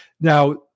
Now